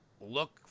look